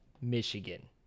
Michigan